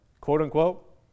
quote-unquote